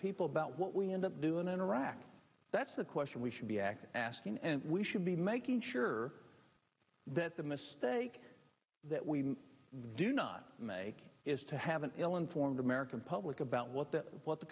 people about what we end up doing in iraq that's the question we should be acting asking and we should be making sure that the mistake that we do not make is to have an ill informed american public about what that what the